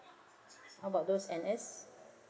how about those N_S